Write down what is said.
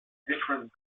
different